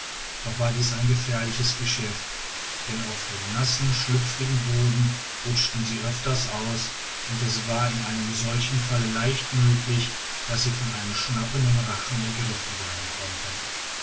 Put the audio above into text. doch war dies ein gefährliches geschäft denn auf dem nassen schlüpfrigen boden rutschten sie öfters aus und es war in einem solchen falle leicht möglich daß sie von einem schnappenden rachen ergriffen werden konnten